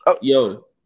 Yo